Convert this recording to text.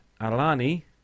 Alani